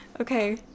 Okay